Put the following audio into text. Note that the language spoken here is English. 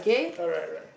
alright alright